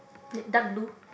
dark blue